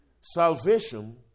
salvation